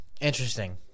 Interesting